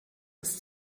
ist